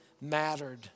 mattered